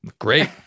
Great